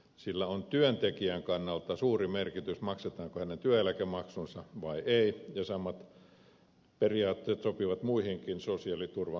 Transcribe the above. sillä on työntekijän kannalta suuri merkitys maksetaanko hänen työeläkemaksunsa vai ei ja samat periaatteet sopivat muihinkin sosiaaliturvamaksuihin